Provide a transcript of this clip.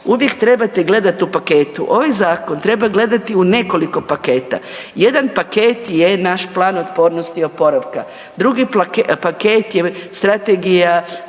uvijek trebate gledati u paketu. Ovaj zakon treba gledati u nekoliko paketa. Jedan paket je naš plan otpornosti i oporavka. Drugi paket je strategija